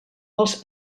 els